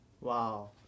Wow